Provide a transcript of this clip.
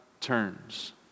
turns